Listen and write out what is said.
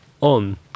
on